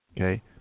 Okay